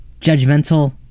judgmental